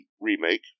remake